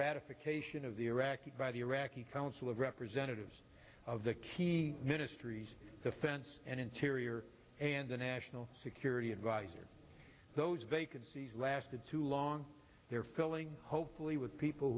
ratification of the iraqi by the iraqi council of representatives of the key ministries the fence and interior and the national security adviser those vacancies lasted too long they're filling hopefully with people